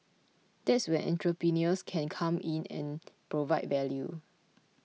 that's where entrepreneurs can come in and provide value